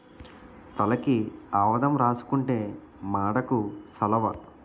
తలకి ఆవదం రాసుకుంతే మాడుకు సలవ